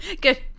good